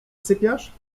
sypiasz